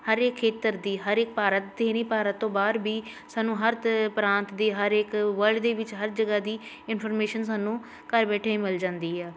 ਹਰ ਇੱਕ ਖੇਤਰ ਦੀ ਹਰ ਇੱਕ ਭਾਰਤ ਹੀ ਨਹੀਂ ਭਾਰਤ ਤੋਂ ਬਾਹਰ ਵੀ ਸਾਨੂੰ ਹਰ ਤ ਪ੍ਰਾਂਤ ਦੀ ਹਰ ਇੱਕ ਵਰਲਡ ਦੇ ਵਿੱਚ ਹਰ ਜਗ੍ਹਾ ਦੀ ਇਨਫੋਰਮੇਸ਼ਨ ਸਾਨੂੰ ਘਰ ਬੈਠੇ ਹੀ ਮਿਲ ਜਾਂਦੀ ਆ